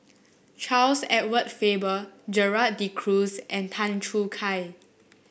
Charles Edward Faber Gerald De Cruz and Tan Choo Kai